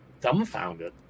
dumbfounded